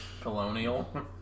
Colonial